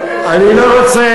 אני לא רוצה,